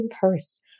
purse